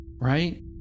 right